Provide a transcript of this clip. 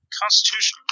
Constitution